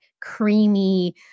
creamy